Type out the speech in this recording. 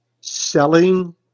selling